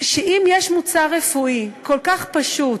אם יש מוצר רפואי כל כך פשוט,